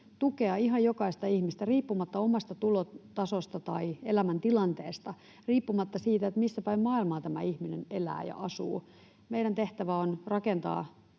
tukea ihan jokaista ihmistä riippumatta omasta tulotasosta tai elämäntilanteesta, riippumatta siitä, missä päin maailmaa tämä ihminen elää ja asuu. Meidän tehtävämme on rakentaa